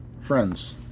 Friends